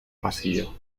pasillo